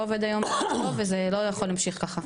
עובד היום טוב וזה לא יכול להמשיך ככה,